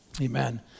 Amen